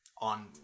on